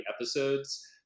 episodes